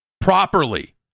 properly